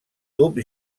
tub